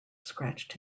scratched